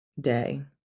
day